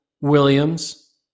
Williams